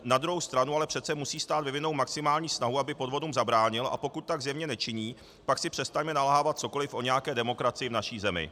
Na druhou stranu ale přece musí stát vyvinout maximální snahu, aby podvodům zabránil, a pokud tak zjevně nečiní, pak si přestaňme nalhávat cokoliv o nějaké demokracii v naší zemí.